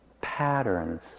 patterns